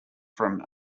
from